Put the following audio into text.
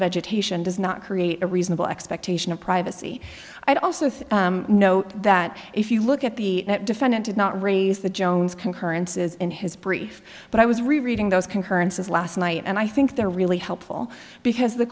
vegetation does not create a reasonable expectation of privacy i'd also note that if you look at the defendant did not raise the jones concurrences in his brief but i was reading those concurrences last night and i think they're really helpful because